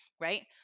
right